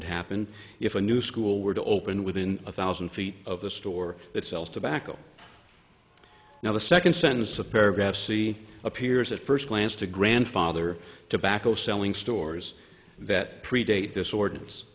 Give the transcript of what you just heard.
would happen if a new school were to open within a thousand feet of the store that sells tobacco now the second sentence of paragraph c appears at first glance to grandfather tobacco selling stores that predate this ordinance